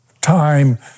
time